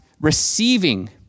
receiving